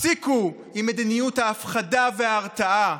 הפסיקו עם מדיניות ההפחדה וההרתעה,